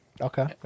Okay